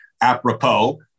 apropos